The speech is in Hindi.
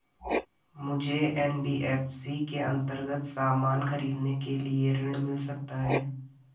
मुझे एन.बी.एफ.सी के अन्तर्गत सामान खरीदने के लिए ऋण मिल सकता है?